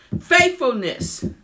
faithfulness